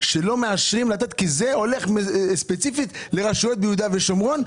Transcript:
שלא מאשרים לתת כי זה הולך ספציפית לרשויות ביהודה ושומרון.